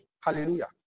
Hallelujah